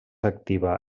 activa